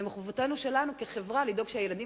ומחובתנו שלנו כחברה לדאוג שהילדים